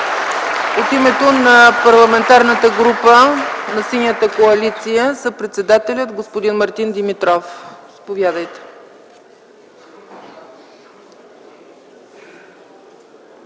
От името на Парламентарната група на Синята коалиция – съпредседателят господин Мартин Димитров. Заповядайте!